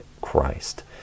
Christ